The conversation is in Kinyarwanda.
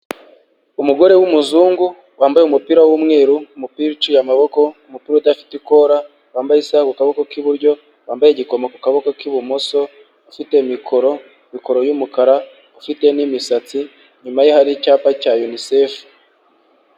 Umugore w'umuzungu wambaye umupira w'umweru, umupira uciye amaboko, umupira udafite ikora, wambaye isaha mu kaboko k'iburyo, wambaye igikomo ku kaboko k'ibumoso, ufite mikoro, mikoro y'umukara, ufite n'imisatsi, inyuma ye hari icyapa cya UNICEF.